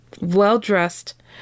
well-dressed